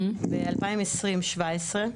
ב-2020 : 17 מקרים,